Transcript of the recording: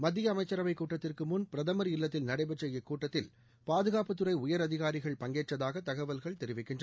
மத்திய அமைச்சரவைக் கூட்டத்திற்குமுன் பிரதமர் இல்லத்தில் நடைபெற்ற இக்கூட்டத்தில் பாதுகாப்புத்துறை உயர் அதிகாரிகள் பங்கேற்றதாக தகவல்கள் தெரிவிக்கின்ற